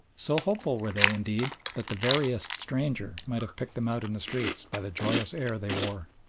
so hopeful were they, indeed, that the veriest stranger might have picked them out in the streets by the joyous air they wore.